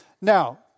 Now